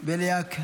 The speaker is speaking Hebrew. בליאק?